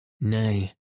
Nay